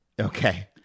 Okay